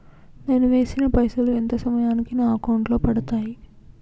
నేను వేసిన పైసలు ఎంత సమయానికి నా అకౌంట్ లో పడతాయి?